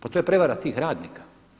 Pa to je prevara tih radnika.